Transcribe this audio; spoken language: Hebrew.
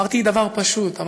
אמרתי דבר פשוט.